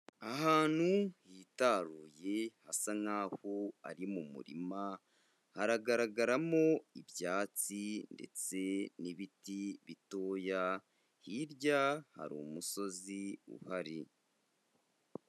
Ahantu hitaruye hasa nkaho ari mu murima, haragaragaramo ibyatsi ndetse n'ibiti bitoya, hirya hari umusozi uhari.